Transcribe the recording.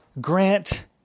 grant